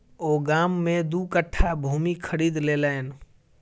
ओ गाम में दू कट्ठा भूमि खरीद लेलैन